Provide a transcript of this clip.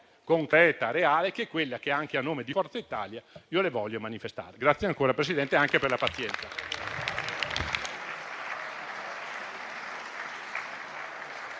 concreta e reale, che è quella che anche a nome di Forza Italia le voglio manifestare. Grazie ancora, Presidente, anche per la pazienza.